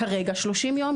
כרגע יש לנו 30 יום.